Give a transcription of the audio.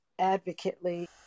advocately